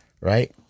right